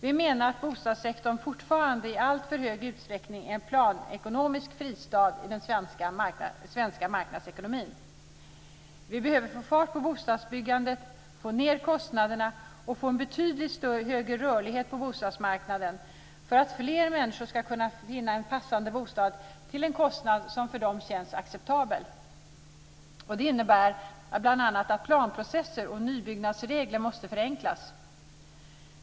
Vi menar att bostadssektorn fortfarande i alltför stor utsträckning är en planekonomisk fristad i den svenska marknadsekonomin. Vi behöver få fart på bostadsbyggandet, få ned kostnaderna och få en betydligt högre rörlighet på bostadsmarknaden för att fler människor ska kunna finna en passande bostad till en kostnad som för dem känns acceptabel. Det innebär bl.a. att planprocesser och nybyggnadsregler måste förenklas.